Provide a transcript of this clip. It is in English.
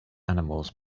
animals